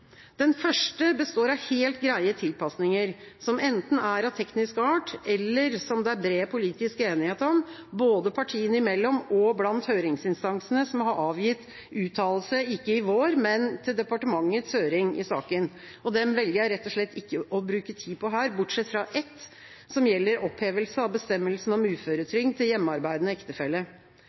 Den første består av helt greie tilpasninger, som enten er av teknisk art, eller som det er bred politisk enighet om, både partiene imellom og blant høringsinstansene som har avgitt uttalelse ikke i vår, men til departementets, høring i saken. Dem velger jeg rett og slett ikke å bruke tid på her, bortsett fra ett, som gjelder opphevelse av bestemmelsen om uføretrygd til hjemmearbeidende ektefelle.